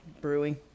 Brewing